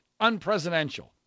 unpresidential